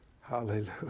Hallelujah